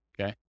okay